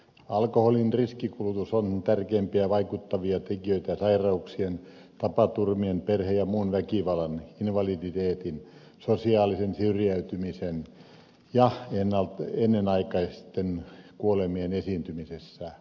alkoholin riskikulutus on tärkeimpiä vaikuttavia tekijöitä sairauksien tapaturmien perhe ja muun väkivallan invaliditeetin sosiaalisen syrjäytymisen ja ennenaikaisten kuolemien esiintymisessä